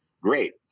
great